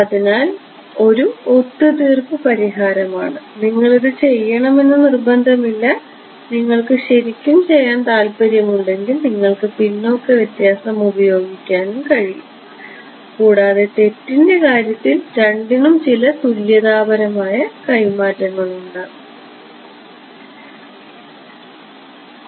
അതിനാൽ അത് ഒരു ഒത്തുതീർപ്പ് പരിഹാരമാണ് നിങ്ങൾ ഇത് ചെയ്യണമെന്ന് നിർബന്ധമില്ല നിങ്ങൾക്ക് ശരിക്കും ചെയ്യാൻ താൽപ്പര്യമുണ്ടെങ്കിൽ നിങ്ങൾക്ക് പിന്നോക്ക വ്യത്യാസം ഉപയോഗിക്കാനും കഴിയും കൂടാതെ തെറ്റിന്റെ കാര്യത്തിൽ രണ്ടിനും ചില തുല്യതാപരമായ കൈമാറ്റങ്ങൾ ഉണ്ടാകും